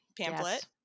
pamphlet